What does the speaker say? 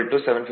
75 kilo watt